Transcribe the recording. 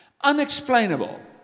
Unexplainable